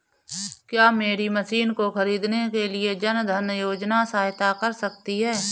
क्या मेरी मशीन को ख़रीदने के लिए जन धन योजना सहायता कर सकती है?